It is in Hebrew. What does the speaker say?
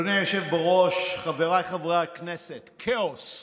אדוני היושב בראש, חבריי חברי הכנסת, כאוס,